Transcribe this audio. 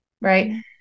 right